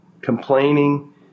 Complaining